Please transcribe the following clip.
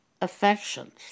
affections